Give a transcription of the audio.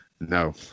No